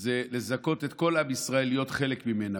זה לזכות את כל עם ישראל להיות חלק ממנה,